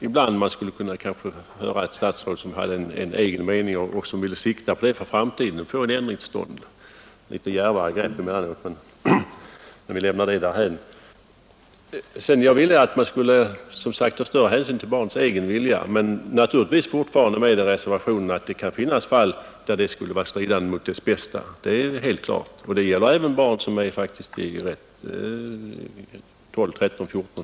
Ibland skulle man vilja höra ett statsråd ge uttryck för en egen mening och sin vilja att med sikte på den få en ändring till stånd i framtiden; alltså ett litet djärvare grepp. Den frågan lämnar jag emellertid därhän. Som jag också sade vill jag att större hänsyn tages till barnets egen vilja, men naturligtvis alltjämt med den reservationen att det kan finnas fall där detta skulle vara stridande mot barnets eget bästa. Det är alldeles klart, och det gäller även barn på 12—15 år.